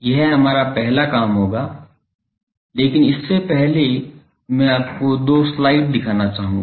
यह हमारा पहला काम होगा लेकिन इससे पहले मैं आपको दो स्लाइड दिखाना चाहूंगा